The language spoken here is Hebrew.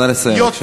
נא לסיים.